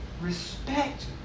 Respect